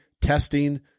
testing